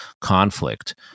conflict